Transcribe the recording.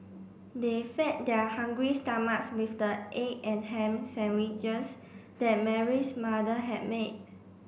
they fed their hungry stomachs with the egg and ham sandwiches that Mary's mother had made